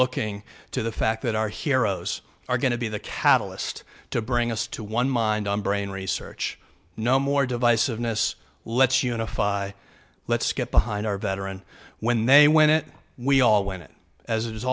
looking to the fact that our heroes are going to be the catalyst to bring us to one mind on brain research no more divisiveness let's unify let's get behind our veteran when they when it we all went as i